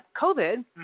COVID